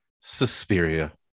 Suspiria